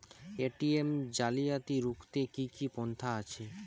ATM জালিয়াতি রুখতে কি কি পন্থা আছে?